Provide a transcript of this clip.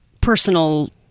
personal